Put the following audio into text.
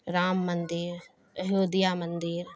رام مندر ایودھیا مندر